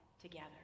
together